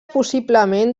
possiblement